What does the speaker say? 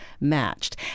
matched